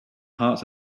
hearts